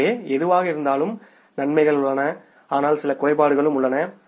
எனவே எதுவாக இருந்தாலும் நன்மைகள் உள்ளன ஆனால் சில குறைபாடுகளும் உள்ளன